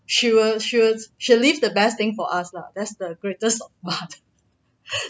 she will she will she will leave the best thing for us lah that's the greatness of mother